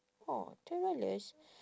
orh twelve dollars